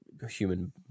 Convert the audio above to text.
human